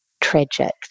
tragic